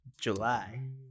July